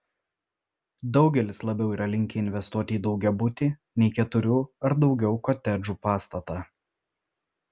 daugelis labiau yra linkę investuoti į daugiabutį nei keturių ar daugiau kotedžų pastatą